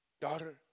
Daughter